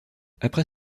après